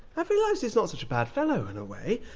i've realised he's not such a bad fellow, in a way.